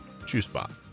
juicebox